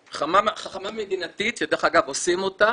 חממות, חממה מדינתית שעושים אותה